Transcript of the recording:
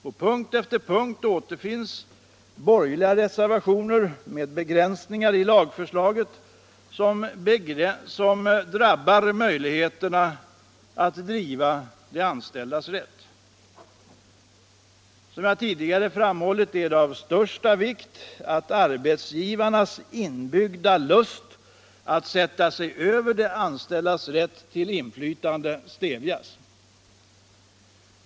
På punkt efter punkt återfinns borgerliga reservationer med begränsningar i lagförslaget som drabbar möjligheterna att driva de anställdas rätt. Som jag tidigare framhållit är det av största vikt att arbetsgivarnas inbyggda lust att sätta sig över de anställdas rätt till inflytande stävjas.